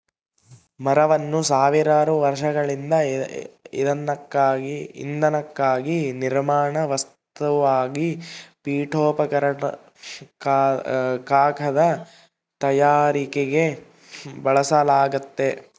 ಮರವನ್ನು ಸಾವಿರಾರು ವರ್ಷಗಳಿಂದ ಇಂಧನಕ್ಕಾಗಿ ನಿರ್ಮಾಣ ವಸ್ತುವಾಗಿ ಪೀಠೋಪಕರಣ ಕಾಗದ ತಯಾರಿಕೆಗೆ ಬಳಸಲಾಗ್ತತೆ